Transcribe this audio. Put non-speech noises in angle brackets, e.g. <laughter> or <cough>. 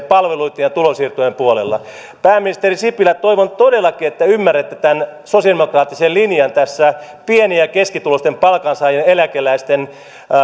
<unintelligible> palveluitten ja tulonsiirtojen puolella pääministeri sipilä toivon todellakin että ymmärrätte tämän sosialidemokraattisen linjan tässä pieni ja keskituloisten palkansaajien ja eläkeläisten